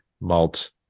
malt